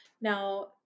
Now